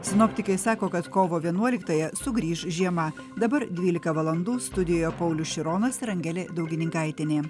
sinoptikai sako kad kovo vienuoliktąją sugrįš žiema dabar dvylika valandų studijoje paulius šironas ir angelė daugininkaitienė